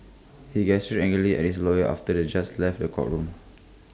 he gestured angrily at his lawyers after the just left the courtroom